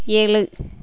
ஏழு